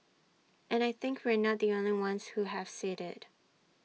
and I think we're not the only ones who have said IT